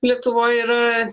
lietuvoje yra